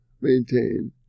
maintain